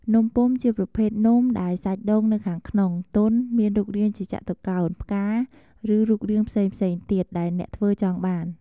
នំពុម្ពជាប្រភេទនំដែលសាច់ដូងនៅខាងក្នុង ទន់ មានរូបរាងជាចតុកោណ ផ្កាឬ រូបភាពផ្សេងៗទៀតដែលអ្នកធ្វើចង់បាន។